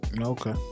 okay